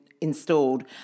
installed